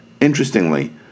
Interestingly